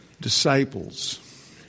disciples